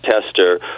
Tester